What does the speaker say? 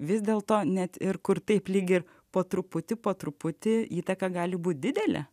vis dėlto net ir kur taip lygiai ir po truputį po truputį įtaką gali būti didelė